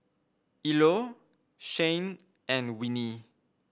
Ilo Shane and Winnie